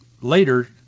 later